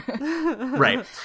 Right